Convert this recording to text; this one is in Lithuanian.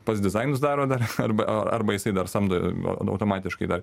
pats dizainus daro dar arba arba jisai dar samdo automatiškai dar